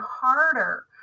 harder